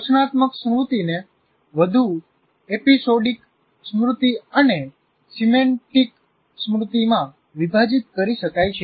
ઘોષણાત્મક સ્મૃતિ ને વધુ એપિસોડિક સ્મૃતિ અને સિમેન્ટીક સ્મૃતિ માં વિભાજિત કરી શકાય છે